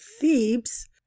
Thebes